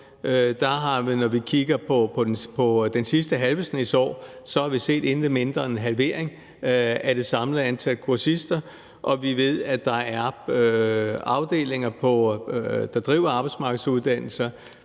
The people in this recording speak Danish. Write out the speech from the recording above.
når vi kigger på den sidste halve snes år, set intet mindre end en halvering af det samlede antal kursister, og vi ved, at på afdelinger, der driver arbejdsmarkedsuddannelser